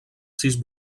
sis